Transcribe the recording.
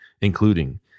including